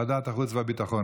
לוועדת החוץ והביטחון.